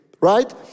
right